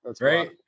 Right